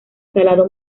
salado